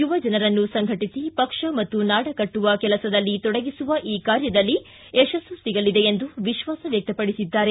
ಯುವಜನರನ್ನು ಸಂಘಟಿಸಿ ಪಕ್ಷ ಮತ್ತು ನಾಡ ಕಟ್ಟುವ ಕೆಲಸದಲ್ಲಿ ತೊಡಗಿಸುವ ಈ ಕಾರ್ಯದಲ್ಲಿ ಯಶಸ್ಲು ಸಿಗಲಿದೆ ಎಂದು ವಿಶ್ವಾಸ ವ್ಯಕ್ತಪಡಿಸಿದ್ದಾರೆ